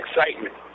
excitement